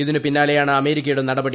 ഇതിനുപിന്നാലെയാണ് അമേരിക്കയുടെ നടപടി